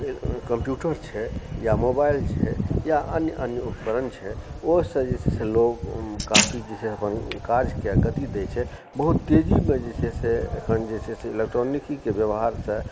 computer छै या mobile छै या अन्य अन्य उपकरण छै ओसँ जे छै से लोग काफी जे छै से काजके गति दए छै बहुत तेजीमे जे छै से अखन जे छै से इलेक्ट्रॉनीकीके व्यवहारसँ